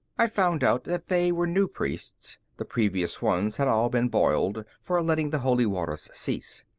i found out that they were new priests the previous ones had all been boiled for letting the holy waters cease.